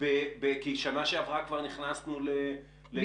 כי שנה שעברה כבר נכנסנו לעידן הקורונה.